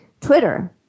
Twitter